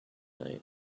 tonight